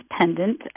pendant